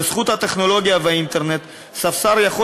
בזכות הטכנולוגיה והאינטרנט ספסר יכול